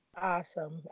awesome